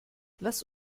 lass